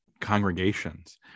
congregations